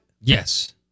Yes